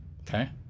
Okay